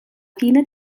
fine